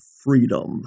freedom